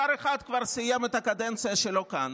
שר אחד כבר סיים את הקדנציה שלו כאן,